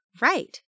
Right